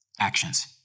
Actions